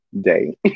day